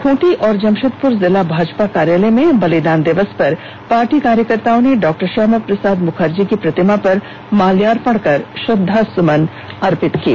खूंटी और जमशेदपुर जिला भाजपा कार्यालय में बलिदान दिवस पर पार्टी कार्यकर्ताओं ने डॉ श्यामा प्रसाद मुखर्जी की प्रतिमा पर माल्यार्पण कर श्रद्धा सुमन अर्पित किए